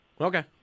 Okay